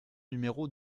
numéro